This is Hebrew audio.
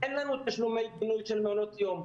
אין לנו תשלומי בינוי של מעונות יום,